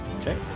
Okay